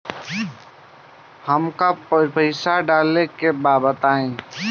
हमका पइसा डाले के बा बताई